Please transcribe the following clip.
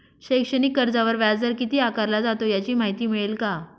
शैक्षणिक कर्जावर व्याजदर किती आकारला जातो? याची माहिती मिळेल का?